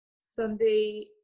Sunday